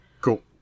Cool